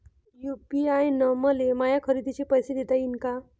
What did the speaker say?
UPI न मले माया खरेदीचे पैसे देता येईन का?